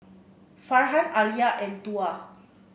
Farhan Alya and Tuah